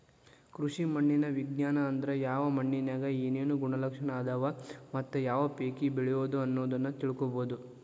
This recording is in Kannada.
ಕೃಷಿ ಮಣ್ಣಿನ ವಿಜ್ಞಾನ ಅಂದ್ರ ಯಾವ ಮಣ್ಣಿನ್ಯಾಗ ಏನೇನು ಗುಣಲಕ್ಷಣ ಅದಾವ ಮತ್ತ ಯಾವ ಪೇಕ ಬೆಳಿಬೊದು ಅನ್ನೋದನ್ನ ತಿಳ್ಕೋಬೋದು